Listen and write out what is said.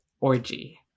orgy